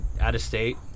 out-of-state